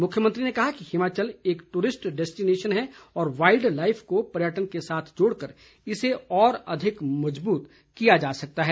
मुख्यमंत्री ने कहा कि हिमाचल एक टूरिस्ट डैस्टिनेशन है और वाईल्ड लाईफ को पर्यटन के साथ जोड़कर इसे और अधिक मज़बूत किया जा सकता है